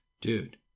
dude